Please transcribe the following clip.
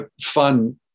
fun